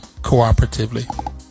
cooperatively